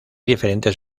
diferentes